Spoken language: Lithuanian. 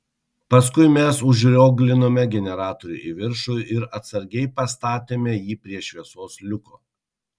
paskui mes užrioglinome generatorių į viršų ir atsargiai pastatėme jį prie šviesos liuko